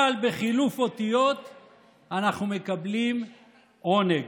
אבל בחילוף אותיות אנחנו מקבלים ענג.